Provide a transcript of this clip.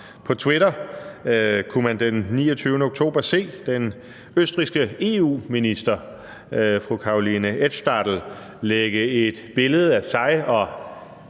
På Twitter kunne man den 29. oktober se den østrigske EU-minister, fru Karoline Edtstadler, lægge et billede af sig og